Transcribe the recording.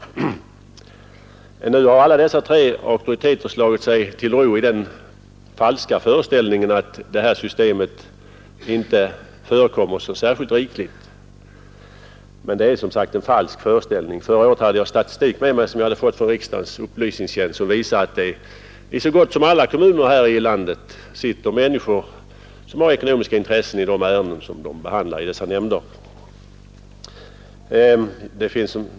Nu har alla dessa tre auktoriteter slagit sig till ro i den falska föreställningen att detta system inte förekommer särskilt rikligt. Men det är som sagt en falsk föreställning. Förra året hade jag statistik med mig som jag fått från riksdagens upplysningstjänst och som visade att det i så gott som alla kommuner här i landet sitter människor med ekonomiska intressen i de ärenden som behandlas i de nämnder där de har förtroendeuppdrag.